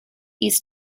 east